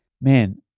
man